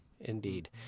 Indeed